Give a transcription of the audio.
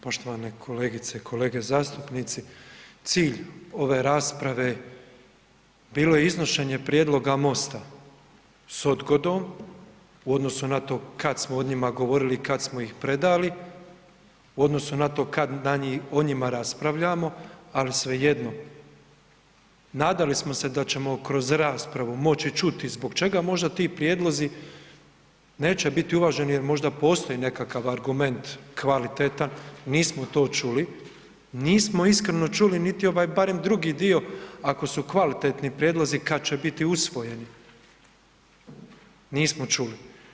Poštovane kolegice i kolege zastupnici, cilj ove rasprave bilo je iznošenje prijedloga MOST-a s odgodom u odnosu na to kad smo o njima govorili i kad smo ih predali u odnosu na to kad o njima raspravljamo, ali svejedno, nadali smo se da ćemo kroz raspravu moći čuti zbog čega možda ti prijedlozi neće biti uvaženi jer možda postoji nekakav argument kvalitetan, nismo to čuli, nismo iskreno čuli niti ovaj barem drugi dio ako su kvalitetni prijedlozi kad će biti usvojen, nismo čuli.